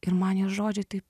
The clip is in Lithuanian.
ir man jo žodžiai taip